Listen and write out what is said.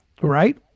Right